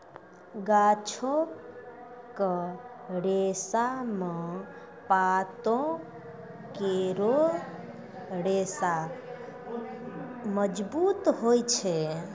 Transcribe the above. गाछो क रेशा म पातो केरो रेशा मजबूत होय छै